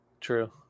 true